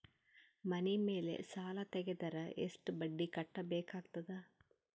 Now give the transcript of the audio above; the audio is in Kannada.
ಮನಿ ಮೇಲ್ ಸಾಲ ತೆಗೆದರ ಎಷ್ಟ ಬಡ್ಡಿ ಕಟ್ಟಬೇಕಾಗತದ?